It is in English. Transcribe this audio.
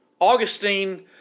Augustine